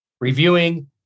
reviewing